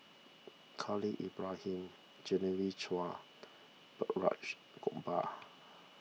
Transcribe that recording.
Khalil Ibrahim Genevieve Chua Balraj Gopal